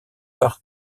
par